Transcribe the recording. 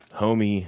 homie